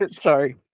Sorry